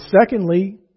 secondly